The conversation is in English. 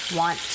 want